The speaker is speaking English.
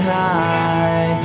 high